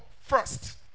first